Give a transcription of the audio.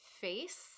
face